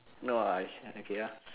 no I should the K ya